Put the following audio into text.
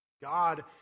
God